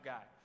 Guy